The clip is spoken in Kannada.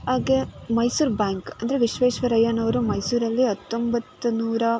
ಹಾಗೆ ಮೈಸೂರು ಬ್ಯಾಂಕ್ ಅಂದರೆ ವಿಶ್ವೇಶ್ವರಯ್ಯನವರು ಮೈಸೂರಲ್ಲಿ ಹತ್ತೊಂಬತ್ತು ನೂರ